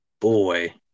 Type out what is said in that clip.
boy